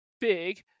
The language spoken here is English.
big